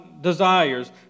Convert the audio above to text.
desires